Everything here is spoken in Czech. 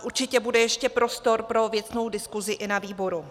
Určitě bude ještě prostor pro věcnou diskuzi i na výboru.